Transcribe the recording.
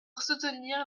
soutenir